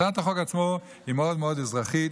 הצעת החוק עצמה מאוד מאוד אזרחית.